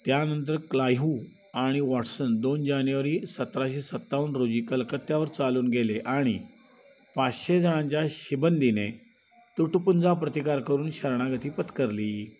त्यानंतर क्लाहिव आणि वॉट्सन दोन जानेवारी सतराशे सत्तावन्न रोजी कलकत्त्यावर चालून गेले आणि पाचशे जणांच्या शिबंदीने तुटपुंजा प्रतिकार करून शरणागती पत्करली